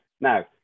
Now